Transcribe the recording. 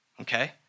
Okay